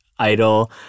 idol